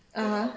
(uh huh)